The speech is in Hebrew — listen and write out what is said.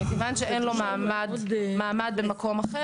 מכיוון שאין לו מעמד במקום אחר,